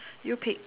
you pick